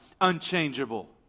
unchangeable